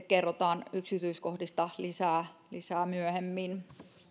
kerrotaan sitten lisää myöhemmin